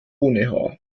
ohne